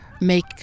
make